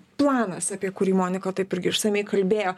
planas apie kurį monika taip irgi išsamiai kalbėjo